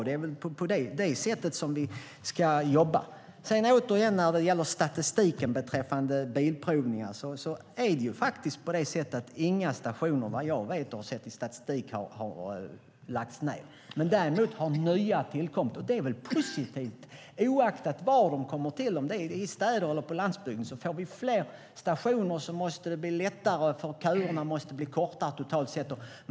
Det är väl på det sättet vi ska jobba. Enligt vad jag sett i statistiken beträffande bilprovning har inga stationer lagts ned. Däremot har nya tillkommit, och det är väl positivt, oavsett var de kommer till, i städer eller på landsbygden. Får vi fler stationer måste det bli lättare. Köerna måste bli kortare totalt sett.